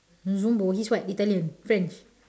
zumbo he is what italian french